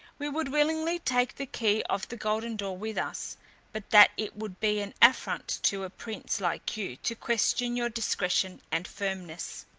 we would willingly take the key of the golden door with us but that it would be an affront to a prince like you to question your discretion and firmness.